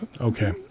okay